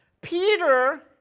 Peter